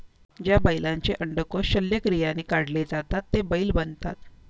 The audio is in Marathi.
ज्या बैलांचे अंडकोष शल्यक्रियाने काढले जातात ते बैल बनतात